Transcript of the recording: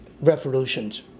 revolutions